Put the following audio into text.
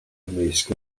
ymysg